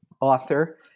author